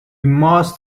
must